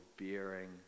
bearing